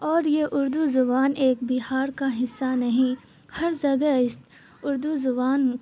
اور یہ اردو زبان ایک بہار کا حصہ نہیں ہر جگہ اس اردو زبان